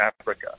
Africa